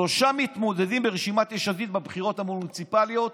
שלושה מתמודדים ברשימת יש עתיד בבחירות המוניציפליות.